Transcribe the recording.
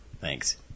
Thanks